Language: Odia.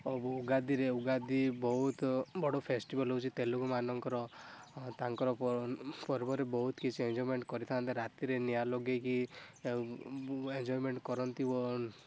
ଆଉ ଉଗାଦୀରେ ଉଗାଦୀ ବହୁତ ବଡ଼ ଫେଷ୍ଟିବାଲ ହଉଛି ତେଲେଗୁ ମାନଙ୍କର ତାଙ୍କର ପର୍ବରେ ବହୁତ କିଛି ଏନଜୟମେଣ୍ଟ କରିଥାନ୍ତେ ରାତିରେ ନିଆଁ ଲଗାଇକି ଏନଜୟମେଣ୍ଟ କରନ୍ତି ଓ